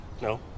No